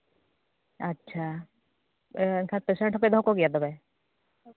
ᱟᱪᱪᱷᱟ ᱮᱱᱠᱷᱟᱱ ᱯᱮᱥᱮᱱᱴ ᱦᱚᱸᱯᱮ ᱫᱚᱦᱚ ᱠᱚᱜᱮᱭᱟ ᱛᱚᱵᱮ